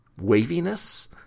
waviness